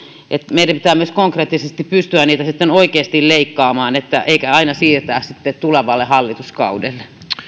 meidän pitää myös konkreettisesti pystyä niitä sitten oikeasti leikkaamaan eikä aina siirtää tulevalle hallituskaudelle